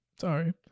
Sorry